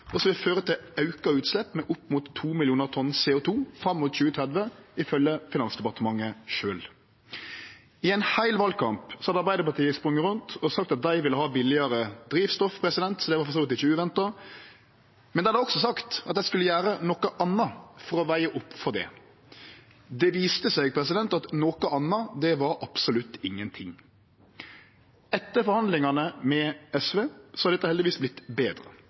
vil føre til auka utslepp med opp mot 2 millionar tonn CO 2 fram mot 2030, ifølgje Finansdepartementet sjølv. I ein heil valkamp har Arbeidarpartiet sprunge rundt og sagt at dei vil ha billegare drivstoff, så det var for så vidt ikkje uventa, men dei har også sagt at dei skulle gjere noko anna for å vege opp for det. Det viste seg at «noko anna» var absolutt ingenting. Etter forhandlingane med SV har dette heldigvis vorte betre.